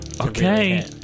Okay